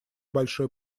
большой